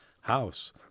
house